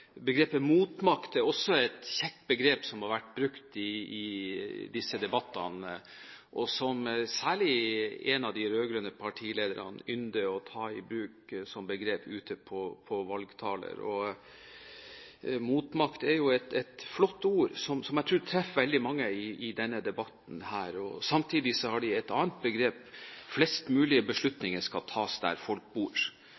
Begrepet motmakt er også et kjekt begrep som har vært brukt i disse debattene, og som særlig en av de rød-grønne partilederne ynder å ta i bruk som begrep ute på valgtaler. Motmakt er jo et flott ord, som jeg tror treffer veldig mange i denne debatten her. Samtidig har de et annet begrep: Flest